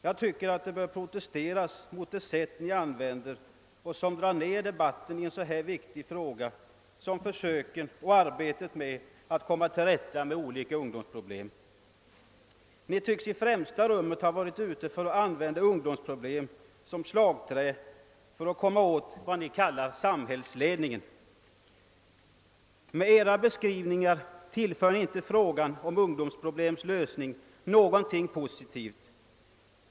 Man måste protestera mot det sätt ni använder er av och som drar ner debatten i en så viktig fråga som försöken och arbetet med att komma till rätta med olika ungdomsproblem utgör. Ni tycks i främsta rummet ha varit ute för att använda ungdomsproblemen som slagträ för att komma åt, som ni säger, samhällsledningen. Med era beskrivningar tillförs inte frågan om ungdomsproblemens lösning någonting positivt.